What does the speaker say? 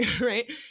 right